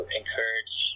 encourage